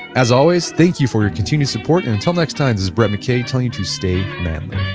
as always, thank you for your continued support and until next time this is brett mckay telling you to stay manly